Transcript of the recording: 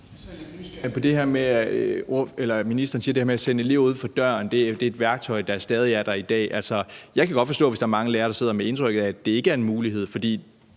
ministeren siger, med, at det at sende eleverne uden for døren er et værktøj, der stadig er der i dag. Altså, jeg kan godt forstå, hvis der er mange lærere, der sidder med indtrykket af, at det ikke er en mulighed,